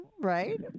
right